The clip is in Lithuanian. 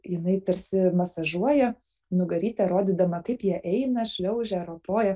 jinai tarsi masažuoja nugarytę rodydama kaip jie eina šliaužia ar ropoja